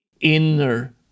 inner